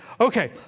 Okay